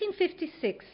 1856